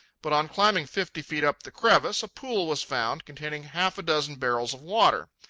but on climbing fifty feet up the crevice, a pool was found containing half a dozen barrels of water.